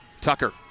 Tucker